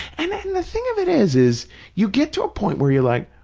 and the thing of it is, is you get to a point where you're like,